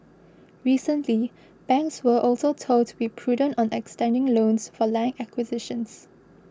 recently banks were also told to be prudent on extending loans for land acquisitions